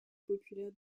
populaires